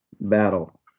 battle